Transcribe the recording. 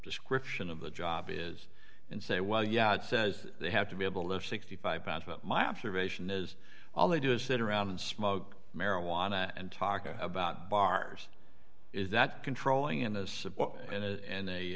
description of the job is and say well yeah it says they have to be able to live sixty five pounds but my observation is all they do is sit around and smoke marijuana and talk about bars is that controlling in a